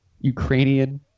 Ukrainian